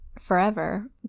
forever